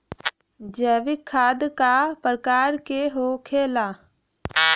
जैविक खाद का प्रकार के होखे ला?